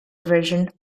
version